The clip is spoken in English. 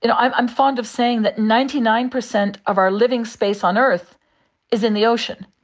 you know i'm i'm fond of saying that ninety nine percent of our living space on earth is in the ocean,